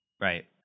right